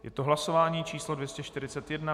Je to hlasování číslo 241.